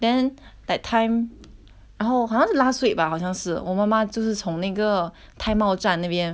然后好像是 last week bah 好像是我妈妈就是从那个泰茂栈那边他好像是潮州月饼